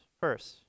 first